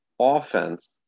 offense